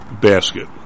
basket